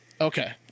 okay